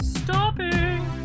Stopping